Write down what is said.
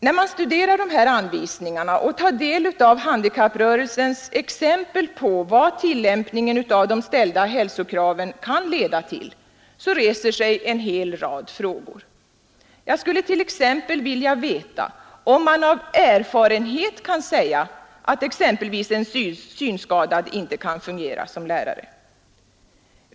När man studerar de här anvisningarna och tar del av handikapprörelsens exempel på vad tillämpningen av de ställda hälsokraven kan leda till reser sig en hel rad frågor. Jag skulle t.ex. vilja veta om man av erfarenhet kan säga att exempelvis en synskadad inte kan fungera som lärare.